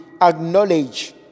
acknowledge